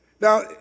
Now